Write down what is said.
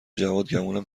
جواد، گمونم